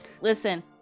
Listen